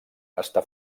està